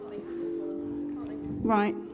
Right